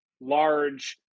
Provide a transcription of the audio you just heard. large